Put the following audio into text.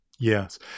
Yes